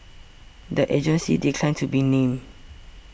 the agencies declined to be named